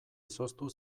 izoztu